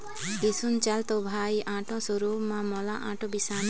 किसुन चल तो भाई आटो शोरूम म मोला आटो बिसाना हे